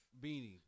beanie